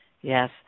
Yes